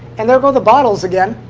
and there go the bottles again.